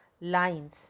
lines